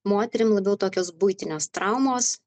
moterim labiau tokios buitinės traumos